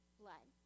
blood